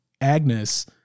Agnes